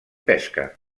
pesca